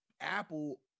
Apple